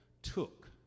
took